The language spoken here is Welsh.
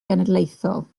genedlaethol